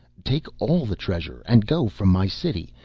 take all the treasure and go from my city.